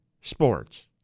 sports